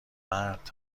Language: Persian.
مرد